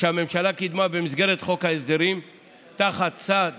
שהממשלה קידמה במסגרת חוק ההסדרים תחת סד